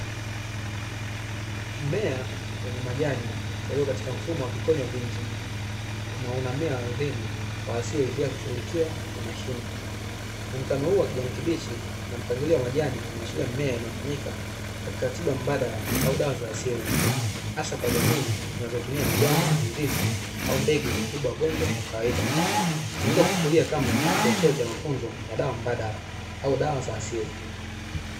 Mmea wenye majani yaliyo katika mfumo wa vikonyo vingi na unamea ardhini kwa asili bila kushughulikiwa na mashine, muonekeno huu wa kijani kibichi na mpangilio wa majani unaashiria mimea inayotumika katika tiba mbadala au dawa za asili hasa kwa jamii zinazotumia majani, mizizi au mbegu kutibu wagonjwa wa kawaida tunaweza kuchukulia kama kichocheo cha mafunzo ya dawa mbadala au dawa za asili.